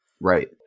Right